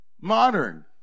modern